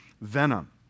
venom